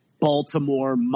Baltimore